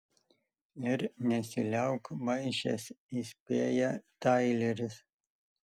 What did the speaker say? ir nesiliauk maišęs įspėja taileris